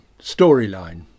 storyline